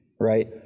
right